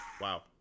Wow